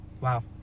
Wow